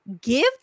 Give